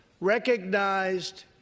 recognized